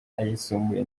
ayisumbuye